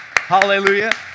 Hallelujah